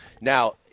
Now